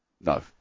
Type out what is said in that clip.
No